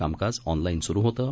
कामकाजऑनलाईनसुरुहोतं